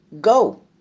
go